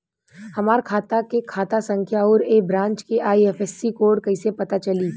हमार खाता के खाता संख्या आउर ए ब्रांच के आई.एफ.एस.सी कोड कैसे पता चली?